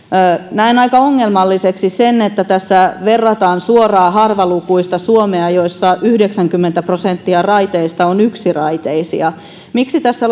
näen aika ongelmalliseksi sen että tässä verrataan suoraan harvalukuista suomea missä yhdeksänkymmentä prosenttia raiteista on yksiraiteisia miksi tässä